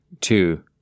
two